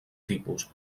tipus